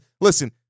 listen